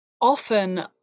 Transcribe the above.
often